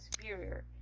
superior